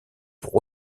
pour